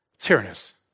Tyrannus